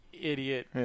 idiot